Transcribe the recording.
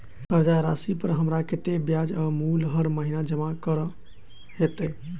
कर्जा राशि पर हमरा कत्तेक ब्याज आ मूल हर महीने जमा करऽ कऽ हेतै?